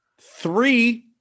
three